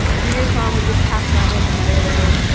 junior prom was this past friday at the meadowbrook inn.